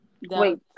Wait